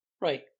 right